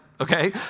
Okay